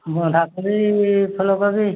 ବନ୍ଧାକୋବି ଫୁଲକୋବି